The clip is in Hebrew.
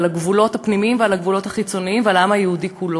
על הגבולות הפנימיים ועל הגבולות החיצוניים ועל העם היהודי כולו.